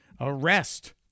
arrest